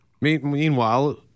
Meanwhile